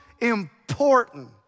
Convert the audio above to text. important